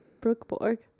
brookborg